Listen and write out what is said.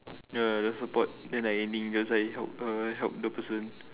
ya the support then like ending just like help err help the person